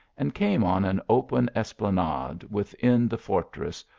and came on an open esplanade within the fortress,